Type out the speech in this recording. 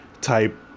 type